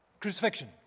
crucifixion